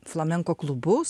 flamenko klubus